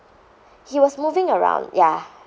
he was moving around ya